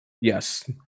Yes